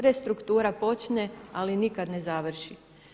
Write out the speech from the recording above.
Restruktura počne, ali nikada ne završi.